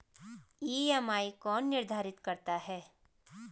EMI कौन निर्धारित करता है?